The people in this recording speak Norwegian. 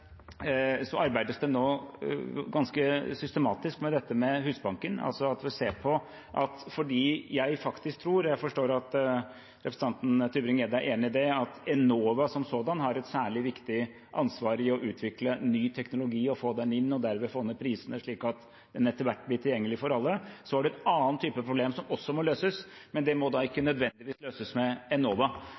Så arbeides det nå ganske systematisk med dette med Husbanken. Jeg tror – og jeg forstår at representanten Tybring-Gjedde er enig i det – at Enova som sådant har et særlig viktig ansvar for å utvikle ny teknologi og få den inn og derved få ned prisene slik at den etter hvert blir tilgjengelig for alle. Så har man andre typer problemer som også må løses, men det må ikke nødvendigvis løses med Enova,